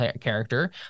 character